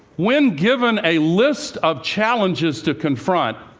when given a list of challenges to confront,